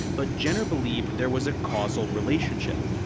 but jenner believed there was a causal relationship.